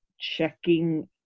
checking